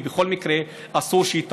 בכל מקרה, אסור שהיא תמשיך,